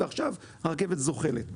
ועכשיו הרכבת זוחלת'".